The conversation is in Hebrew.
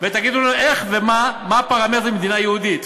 ותגידו איך ומה הפרמטרים של מדינה יהודית: